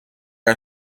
are